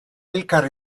elkar